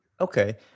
Okay